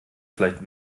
vielleicht